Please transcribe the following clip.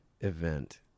event